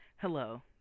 Hello